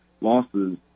losses